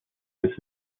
müssen